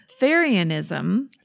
Therianism